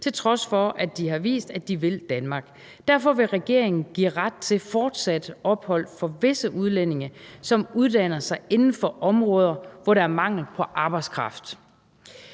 til trods for at de har vist, at de vil Danmark. Derfor vil regeringen give ret til fortsat ophold for visse udlændinge, som uddanner sig inden for områder, hvor der er mangel på arbejdskraft.